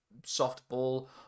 softball